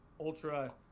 ultra